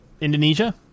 Indonesia